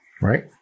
Right